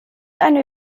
eine